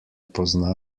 pozna